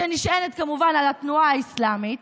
שנשענת כמובן על התנועה האסלאמית,